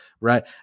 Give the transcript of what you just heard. right